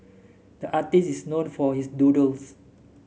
the artist is known for his doodles